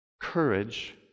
courage